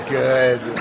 good